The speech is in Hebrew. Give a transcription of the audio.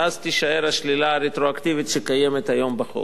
ואז תישאר השלילה הרטרואקטיבית שקיימת היום בחוק.